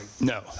No